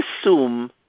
assume